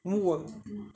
I mean 我